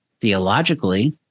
theologically